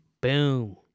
Boom